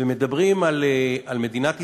ומדברים על מדינת ישראל,